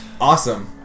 Awesome